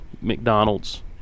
McDonald's